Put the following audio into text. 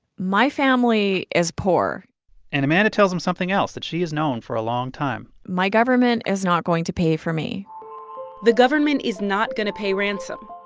my family is poor and amanda tells him something else that she has known for a long time my government is not going to pay for me the government is not going to pay ransom.